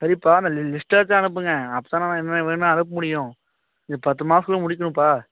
சரிப்பா அந்த லிஸ்ட்டாச்சும் அனுப்புங்கள் அப்பதான என்னன்ன வேணும்னு அனுப்ப முடியும் இது பத்து மாசத்தில் முடிக்கணும்ப்பா